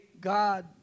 God